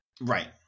Right